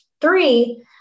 three